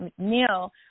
McNeil